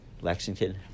Lexington